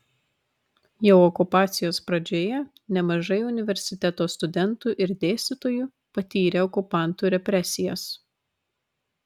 jau okupacijos pradžioje nemažai universiteto studentų ir dėstytojų patyrė okupantų represijas